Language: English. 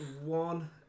one